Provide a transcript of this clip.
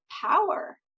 power